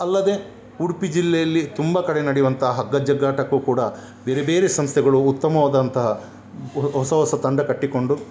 ಅಲ್ಲದೆ ಉಡುಪಿ ಜಿಲ್ಲೆಯಲ್ಲಿ ತುಂಬ ಕಡೆ ನಡೆಯುವಂಥ ಹಗ್ಗ ಜಗ್ಗಾಟಕ್ಕೂ ಕೂಡ ಬೇರೆ ಬೇರೆ ಸಂಸ್ಥೆಗಳು ಉತ್ತಮವಾದಂತಹ ಹೊಸ ಹೊಸ ತಂಡ ಕಟ್ಟಿಕೊಂಡು